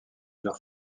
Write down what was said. leurs